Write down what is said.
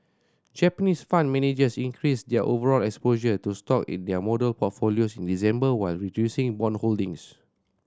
Japanese fund managers increased their overall exposure to stock in their model portfolios in December while reducing bond holdings